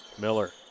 Miller